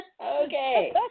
Okay